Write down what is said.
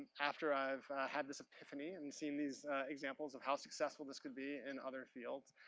after i've had this epiphany and seen these examples of how successful this could be in other fields.